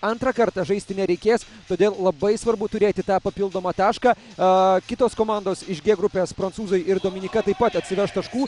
antrą kartą žaisti nereikės todėl labai svarbu turėti tą papildomą tašką a kitos komandos iš g grupės prancūzai ir dominyka taip pat atsiveš taškų